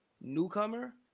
Newcomer